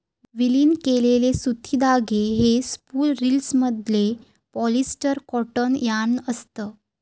विलीन केलेले सुती धागे हे स्पूल रिल्समधले पॉलिस्टर कॉटन यार्न असत